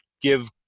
give